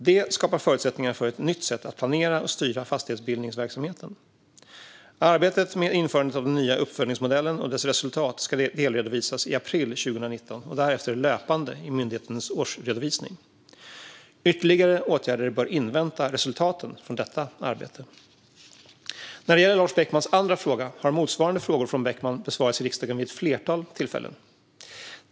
Det skapar förutsättningar för ett nytt sätt att planera och styra fastighetsbildningsverksamheten. Arbetet med införandet av den nya uppföljningsmodellen och dess resultat ska delredovisas i april 2019 och därefter löpande i myndighetens årsredovisning. Ytterligare åtgärder bör invänta resultaten från detta arbete. När det gäller Lars Beckmans andra fråga har motsvarande frågor från Beckman besvarats i riksdagen vid ett flertal tillfällen.